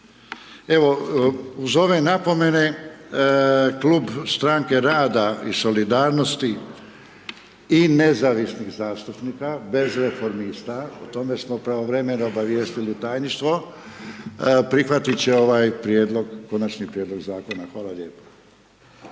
Evo, uz ove napomene, Klub Stranke rada i solidarnosti i nezavisnih zastupnika, bez Reformista, o tome smo pravovremeno obavijestili Tajništvo, prihvatit će ovaj prijedlog, konačni prijedlog zakona. Hvala lijepo.